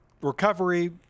recovery